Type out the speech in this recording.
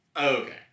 Okay